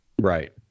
Right